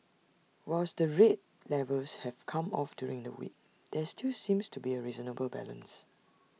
whilst the rate levels have come off during the week there still seems to be A reasonable balance